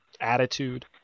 attitude